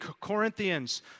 Corinthians